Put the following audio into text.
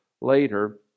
later